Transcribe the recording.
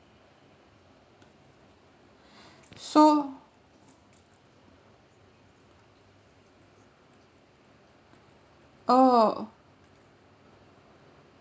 so oh